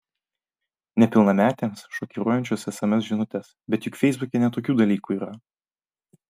nepilnametėms šokiruojančios sms žinutės bet juk feisbuke ne tokių dalykų yra